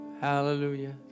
Hallelujah